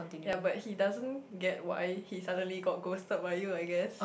yea but he doesn't get what I he suddenly got ghosted by you I guess